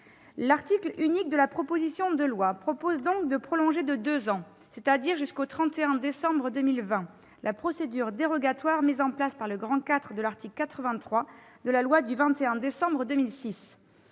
L'article unique de la proposition de loi prévoit donc de prolonger de deux ans, c'est-à-dire jusqu'au 31 décembre 2020, la procédure dérogatoire mise en place par le IV de l'article 83 de la loi du 21 décembre 2006.